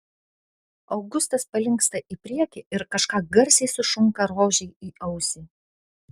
augustas palinksta į priekį ir kažką garsiai sušunka rožei į ausį